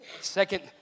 Second